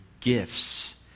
gifts